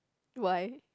why